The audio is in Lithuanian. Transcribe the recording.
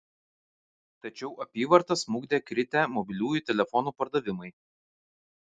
tačiau apyvartą smukdė kritę mobiliųjų telefonų pardavimai